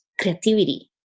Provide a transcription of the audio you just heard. creativity